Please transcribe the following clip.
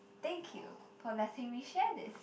thank you for letting me share this